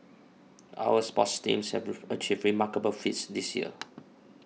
our sports teams have achieved remarkable feats this year